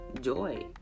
joy